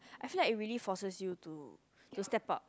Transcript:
I feel like it really forces you to to step up